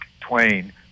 Twain